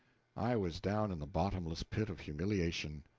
i was down in the bottomless pit of humiliation.